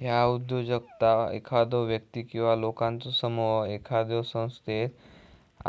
ह्या उद्योजकता एखादो व्यक्ती किंवा लोकांचो समूह एखाद्यो संस्थेत